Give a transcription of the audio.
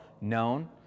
known